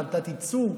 על תת-ייצוג,